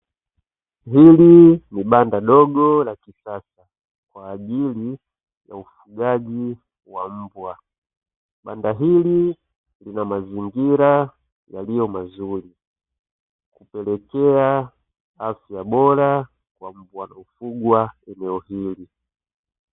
Hili ni banda dongo la kisasa kwa ajili ya ufugaji wa mbwa. Banda hili lina mazingira yaliyo mazuri, hupelekea afya bora kwa mbwa kufugwa eneo hili.